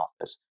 office